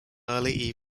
early